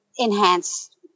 enhance